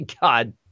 god